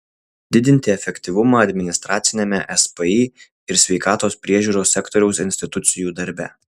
didinti efektyvumą administraciniame spį ir sveikatos priežiūros sektoriaus institucijų darbe